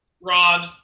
Rod